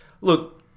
Look